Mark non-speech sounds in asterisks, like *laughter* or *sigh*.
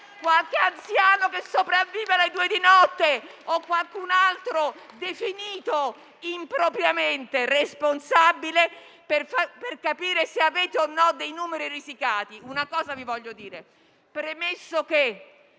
qualche anziano che sopravvive alle due di notte o qualche altro definito impropriamente responsabile, per capire se avete o meno dei numeri risicati. *applause* Voglio dirvi una cosa.